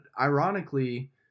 ironically